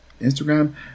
Instagram